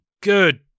good